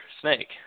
snake